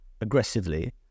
aggressively